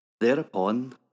Thereupon